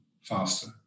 faster